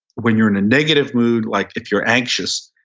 when you're in a negative mood like if you're anxious,